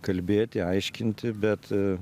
kalbėti aiškinti bet